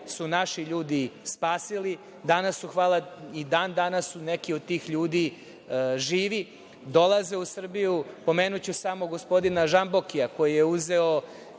su naši ljudi spasili. I dan danas su neki od tih ljudi živi, dolaze u Srbiju. Pomenuću samo gospodina Žambokija, koji je uzeo